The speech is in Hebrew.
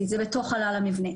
אלא בכלל כל מה שקורה